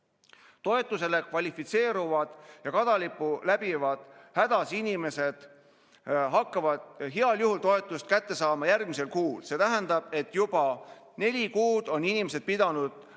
Toetusele kvalifitseeruvad ja kadalipu läbivad hädas inimesed hakkavad heal juhul toetust kätte saama järgmisel kuul. See tähendab, et juba neli kuud on inimesed pidanud maksma